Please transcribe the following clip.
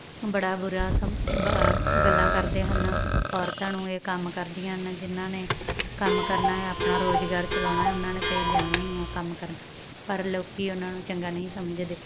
ਬੜਾ ਬੁਰਾ ਸਮ ਵ ਗੱਲਾਂ ਕਰਦੇ ਹਨ ਔਰਤਾਂ ਨੂੰ ਇਹ ਕੰਮ ਕਰਦੀਆਂ ਹਨ ਜਿਨ੍ਹਾਂ ਨੇ ਕੰਮ ਕਰਨਾ ਆਪਣਾ ਰੁਜ਼ਗਾਰ ਚਲਾਉਣਾ ਉਹਨਾਂ ਨੇ ਤਾਂ ਜਾਣਾ ਹੀ ਹੈ ਕੰਮ ਕਰਨ ਪਰ ਲੋਕ ਉਹਨਾਂ ਨੂ ਚੰਗਾ ਨਹੀਂ ਸਮਝਦੇ